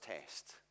test